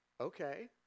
okay